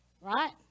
right